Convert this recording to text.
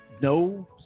no